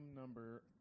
number